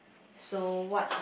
so what do